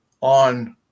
on